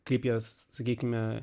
kaip jos sakykime